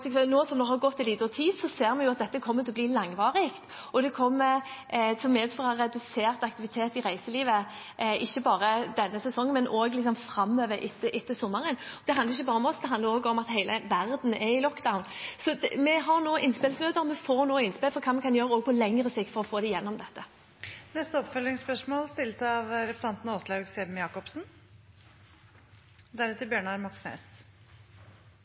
ikke bare denne sesongen, men også framover, etter sommeren. Og det handler ikke bare om oss, det handler om at hele verden er i «lockdown». Så vi har nå innspillsmøter, der vi får innspill til hva vi kan gjøre, også på lengre sikt, for å få dem gjennom dette. Åslaug Sem-Jacobsen – til oppfølgingsspørsmål. Mitt spørsmål rettes til kulturministeren, fordi det også på hans område er veldig mange som ikke treffes av